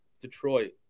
Detroit